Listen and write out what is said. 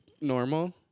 normal